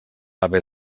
haver